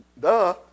Duh